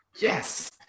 Yes